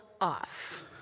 off